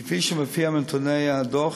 כפי שמופיע בנתוני הדוח,